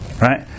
right